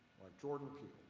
jordan peele.